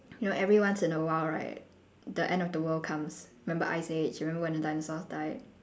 you know every once in a while right the end of the world comes remember iced age remember when the dinosaurs died